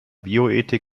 bioethik